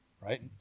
Right